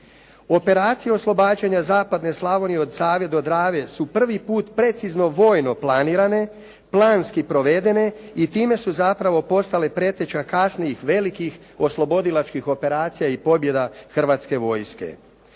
Operaciju oslobađanja zapadne Slavonije od Save do Drave su prvi put precizno vojno planirane, planski provedene i time su zapravo postale preteča kasnijih velikih oslobodilačkih operacija i pobjeda Hrvatske vojske.